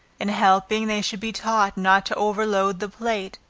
in helping, they should be taught not to over-load the plate,